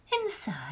inside